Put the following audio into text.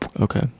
okay